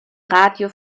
radio